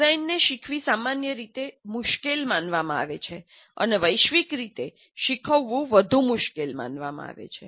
ડિઝાઇનને શીખવી સામાન્ય રીતે મુશ્કેલ માનવામાં આવે છે અને વૈશ્વિક રીતે શીખવવું વધુ મુશ્કેલ માનવામાં આવે છે